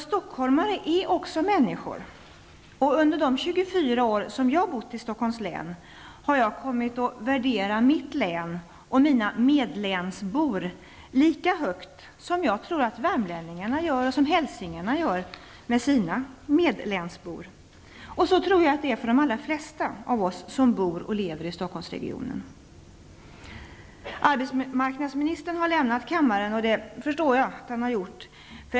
Stockholmare är också människor, och under de 24 år jag bott i Stockholms län har jag kommit att värdera mitt län och mina medlänsbor lika högt som jag tror att värmlänningarna eller hälsingarna gör med sina medlänsbor. Så tror jag det är för de allra flesta av oss som bor och lever i Arbetsmarknadsministern har lämnat kammaren, och det förstår jag.